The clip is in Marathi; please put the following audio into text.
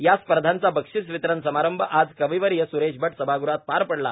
या स्पर्धांचा बक्षीस वितरण समारंभ आज कविवर्य स्रेश भट सभागृहात पार पडला